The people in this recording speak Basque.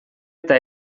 eta